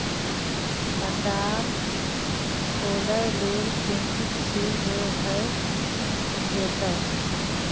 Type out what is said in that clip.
खटाल खोलय लेल चितिंत छी जो भए जेतौ